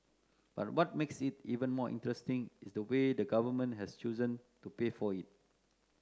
but what makes it even more interesting is the way the Government has chosen to pay for it